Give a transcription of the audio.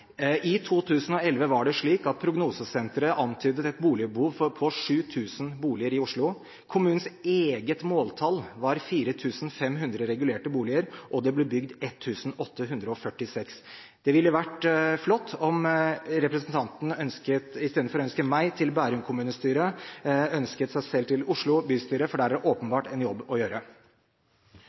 I 2011 var det slik at Prognosesenteret antydet et boligbehov på 7 000 boliger i Oslo. Kommunens eget måltall var 4 500 regulerte boliger, og det ble bygd 1 846. Det ville vært flott om representanten i stedet for å ønske meg til Bærum kommunestyre, ønsket seg selv til Oslo bystyre, for der er det åpenbart en jobb å gjøre.